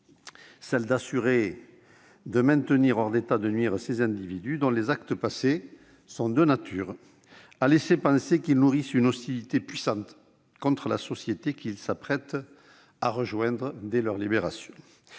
de s'assurer de maintenir hors d'état de nuire ces individus, dont les actes passés sont de nature à laisser penser qu'ils nourrissent une hostilité puissante contre la société qu'ils s'apprêtent à rejoindre dès leur libération.